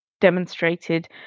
demonstrated